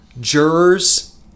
jurors